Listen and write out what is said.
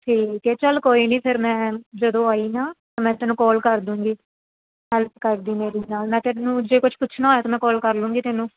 ਠੀਕ ਹੈ ਚੱਲ ਕੋਈ ਨਹੀਂ ਫਿਰ ਮੈਂ ਜਦੋਂ ਆਈ ਨਾ ਮੈਂ ਤੈਨੂੰ ਕਾਲ ਕਰ ਦੂੰਗੀ ਹੈਲਪ ਕਰਦੀ ਮੇਰੀ ਨਾਲ ਮੈਂ ਤੈਨੂੰ ਜੇ ਕੁਛ ਪੁੱਛਣਾ ਹੋਇਆ ਤਾਂ ਮੈਂ ਕਾਲ ਕਰ ਲੂੰਗੀ ਤੈਨੂੰ